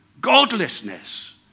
Godlessness